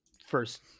first